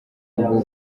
bwo